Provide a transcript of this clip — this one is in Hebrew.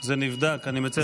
זה נבדק, אני מציע שאדוני ימשיך.